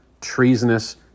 treasonous